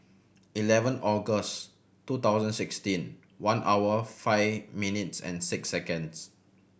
eleven August two thousand sixteen one hour five minutes and six seconds